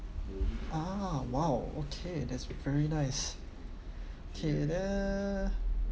ah !wow! okay that's very nice okay there